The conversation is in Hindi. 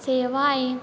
सेवाएं